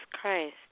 Christ